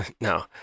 No